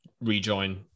rejoin